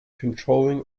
controlling